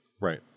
Right